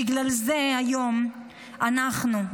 בגלל זה היום אנחנו,